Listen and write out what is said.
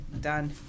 Done